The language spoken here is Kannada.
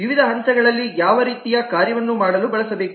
ವಿವಿಧ ಹಂತಗಳಲ್ಲಿ ಯಾವ ರೀತಿಯ ಕಾರ್ಯವನ್ನು ಮಾಡಲು ಬಳಸಬೇಕು